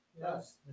Yes